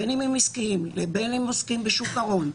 בין אם הם עסקיים ובין אם הם עוסקים בשוק ההון,